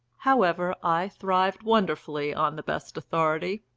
however, i thrived wonderfully on the best authority,